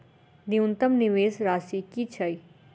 न्यूनतम निवेश राशि की छई?